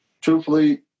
truthfully